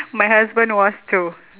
my husband was too